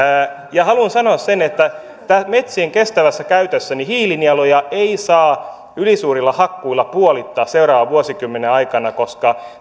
haluan sanoa sen että tässä metsien kestävässä käytössä hiilinieluja ei saa ylisuurilla hakkuilla puolittaa seuraavan vuosikymmenen aikana koska